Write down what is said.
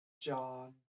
John